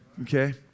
Okay